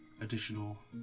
additional